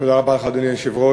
תודה רבה לך, אדוני היושב-ראש.